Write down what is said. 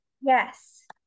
Yes